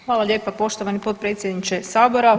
Hvala lijepa poštovani potpredsjedniče Sabora.